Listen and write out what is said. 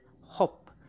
hope